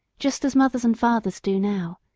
just as mothers and fathers do now,